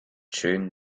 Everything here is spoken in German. schön